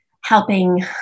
helping